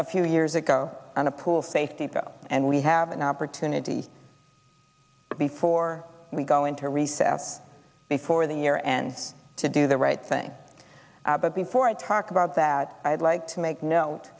a few years ago on a pool safety bill and we have an opportunity before we go into recess for the year and to do the right thing but before i talk about that i'd like to make no